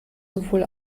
sowohl